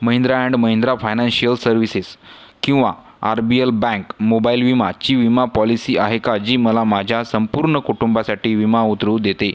Mahindra and Mahindra financial services किंवा R B L bank mobile विमाची विमा पॉलिसी आहे का जी मला माझ्या संपूर्ण कुटुंबासाठी विमा उतरवू देते